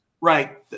Right